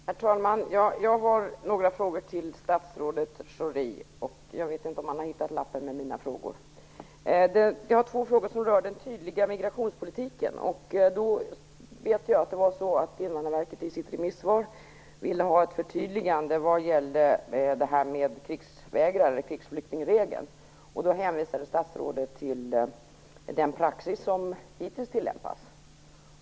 Herr talman! Jag har några frågor till statsrådet Schori. Jag vet inte om han har hittat lappen med frågorna. Två frågor rör den tydliga migrationspolitiken. Jag vet att Invandrarverket i sitt remissvar ville ha ett förtydligande vad gällde det här med krigsvägrare, krigsflyktingregeln. Statsrådet hänvisade då till den praxis som hittills tillämpats.